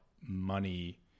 money